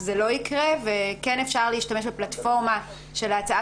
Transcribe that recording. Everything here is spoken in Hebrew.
זה לא יקרה וכן אפשר להשתמש בפלטפורמה של ההצעה